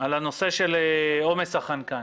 על הנושא של עומס החנקן.